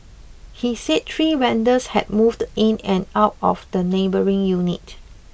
he said three vendors had moved in and out of the neighbouring unit